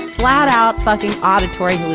flat-out fuckin' auditory